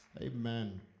amen